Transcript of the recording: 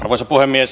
arvoisa puhemies